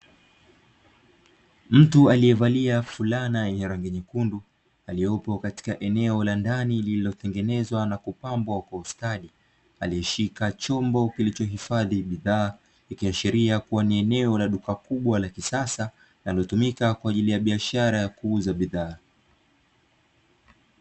Mtu aliyevalia fulana yenye rangi nyekundu aliyopo katika eneo la ndani lililotengenezwa na kupambwa kwa ustadi, aliyeshika chombo kilichohifadhi bidhaa ikiashiria kuwa ni eneo la duka kubwa, la kisasa linalotumika kwa ajili ya biashara ya kuuza bidhaa.